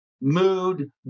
mood